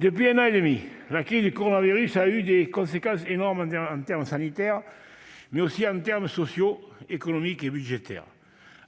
Depuis un an et demi, la crise du coronavirus a eu des conséquences énormes en matière sanitaire, mais aussi en matière sociale, économique et budgétaire.